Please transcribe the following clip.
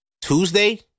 Tuesday